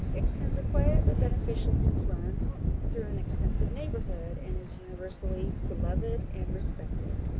extends a quiet but beneficial influence through an extensive neighbourhood, and is universally beloved and respected.